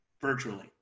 virtually